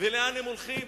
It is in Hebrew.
ולאן הם הולכים.